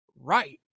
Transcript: Right